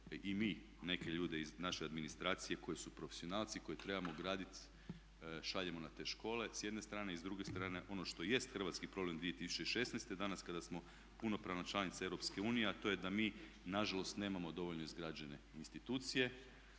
i mi neke ljude iz naše administracije koji su profesionalci koje trebamo …/Govornik se ne razumije./… šaljemo na te škole s jedne strane. I s druge strane ono što jest hrvatski problem 2016., danas kada smo punopravna članica Europske unije a to je da mi nažalost nemamo dovoljno izgrađene institucije,